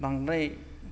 बांद्राय